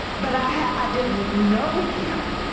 but i didn't know him.